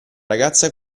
ragazza